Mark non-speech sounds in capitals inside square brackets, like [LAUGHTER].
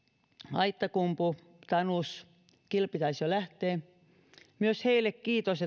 aittakumpu sekä tanus kilpi taisi jo lähteä myös heille kiitos [UNINTELLIGIBLE]